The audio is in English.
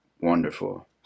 wonderful